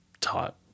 taught